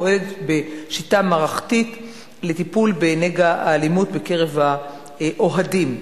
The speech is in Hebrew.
ופועלת בשיטה מערכתית לטיפול בנגע האלימות בקרב האוהדים.